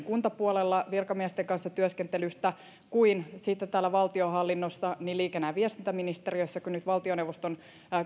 kuntapuolella virkamiesten kanssa työskentelystä kuin sitten täällä valtionhallinnossa niin liikenne ja viestintäministeriössä kuin nyt valtioneuvoston